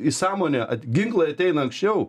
į sąmonę ginklai ateina anksčiau